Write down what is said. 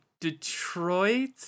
Detroit